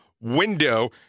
window